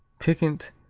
piquant,